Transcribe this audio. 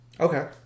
Okay